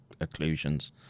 occlusions